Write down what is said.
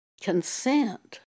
consent